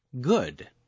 Good